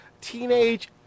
teenage